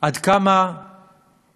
כמה